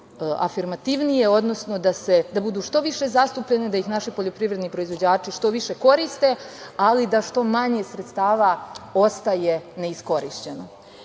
budu afirmativnije, odnosno da budu što više zastupljene, da ih naši poljoprivredni proizvođači što više koriste, ali da što manje sredstava ostaje neiskorišćeno. Važno